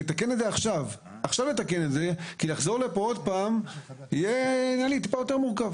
נתקן את זה עכשיו כי לחזור לכאן עוד פעם יהיה יותר מורכב.